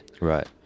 Right